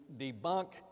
debunk